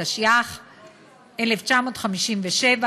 התשי"ח 1957,